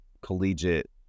collegiate